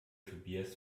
tobias